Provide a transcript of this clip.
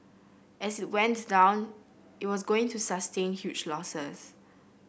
as it went down it was going to sustain huge losses